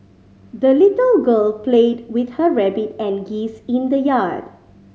the little girl played with her rabbit and geese in the yard